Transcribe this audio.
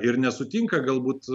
ir nesutinka galbūt